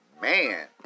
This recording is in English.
man